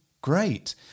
great